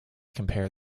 compare